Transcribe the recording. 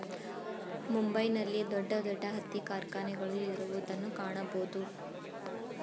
ಮುಂಬೈ ನಲ್ಲಿ ದೊಡ್ಡ ದೊಡ್ಡ ಹತ್ತಿ ಕಾರ್ಖಾನೆಗಳು ಇರುವುದನ್ನು ಕಾಣಬೋದು